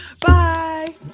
Bye